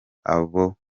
abo